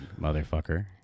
motherfucker